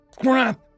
Crap